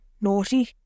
naughty